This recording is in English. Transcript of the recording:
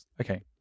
Okay